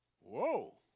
Whoa